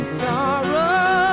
sorrow